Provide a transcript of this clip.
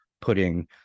putting